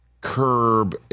Curb